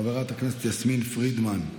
חברת הכנסת יסמין פרידמן,